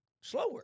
slower